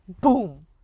boom